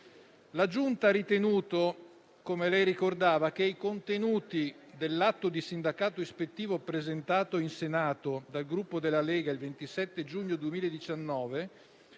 La Giunta ha ritenuto, come lei ricordava, che i contenuti dell'atto di sindacato ispettivo presentato in Senato dal Gruppo della Lega il 27 giugno 2019